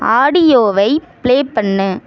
ஆடியோவை ப்ளே பண்ணு